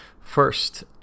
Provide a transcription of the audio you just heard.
First